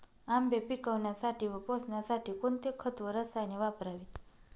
आंबे पिकवण्यासाठी व पोसण्यासाठी कोणते खत व रसायने वापरावीत?